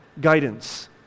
guidance